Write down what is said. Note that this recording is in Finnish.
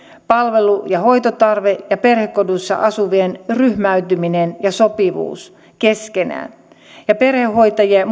palvelu ja hoitotarve ja perhekodissa asuvien ryhmäytyminen ja sopivuus keskenään myös perhehoitajiin ja